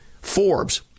Forbes